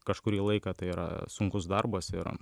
kažkurį laiką tai yra sunkus darbas ir